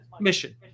mission